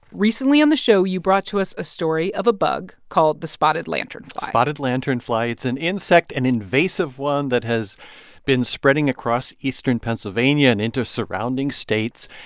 recently on the show, you brought to us a story of a bug called the spotted lanternfly spotted lanternfly it's an insect, an invasive one, that has been spreading across eastern pennsylvania and into surrounding states.